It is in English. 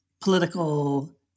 political